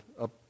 up